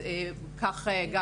אז כך גם